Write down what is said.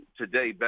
today